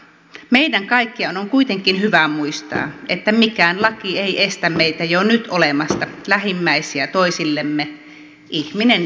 meidän kaikkien on kuitenkin hyvä muistaa että mikään laki ei estä meitä jo nyt olemasta lähimmäisiä toisillemme ihminen